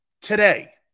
Today